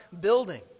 building